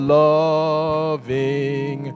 loving